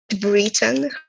Britain